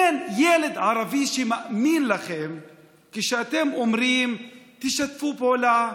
אין ילד ערבי שמאמין לכם כשאתם אומרים: תשתפו פעולה,